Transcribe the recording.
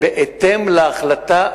ניתן, בהתאם להחלטה.